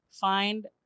find